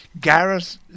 Gareth